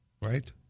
Right